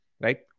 right